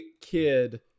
kid